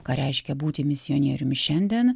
ką reiškia būti misionieriumi šiandien